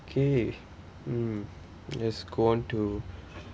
K mm yes go on to